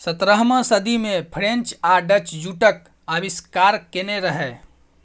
सतरहम सदी मे फ्रेंच आ डच जुटक आविष्कार केने रहय